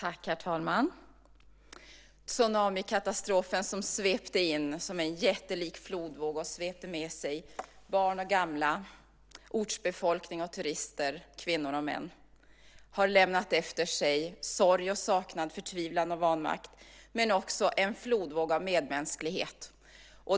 Herr talman! Tsunamikatastrofen, den jättelika flodvågen som svepte med sig barn och gamla, ortsbefolkning och turister, kvinnor och män, har lämnat efter sig sorg och saknad, förtvivlan och vanmakt, men också en flodvåg av medmänsklighet.